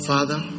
Father